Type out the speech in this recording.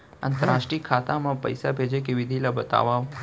अंतरराष्ट्रीय खाता मा पइसा भेजे के विधि ला बतावव?